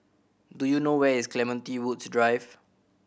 do you know where is Clementi Woods Drive